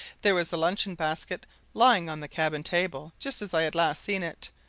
there was the luncheon basket lying on the cabin table just as i had last seen it,